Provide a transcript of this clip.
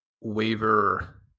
waiver